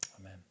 Amen